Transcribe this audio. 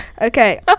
Okay